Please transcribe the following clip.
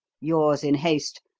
yours in haste,